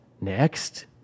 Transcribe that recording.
Next